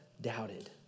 doubted